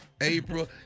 April